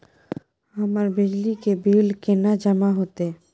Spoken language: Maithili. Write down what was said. हमर बिजली के बिल केना जमा होते?